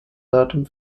datum